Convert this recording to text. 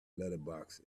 letterbox